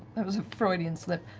that was a freudian slip.